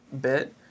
bit